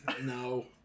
No